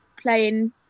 playing